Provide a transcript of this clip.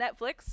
Netflix